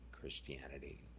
Christianity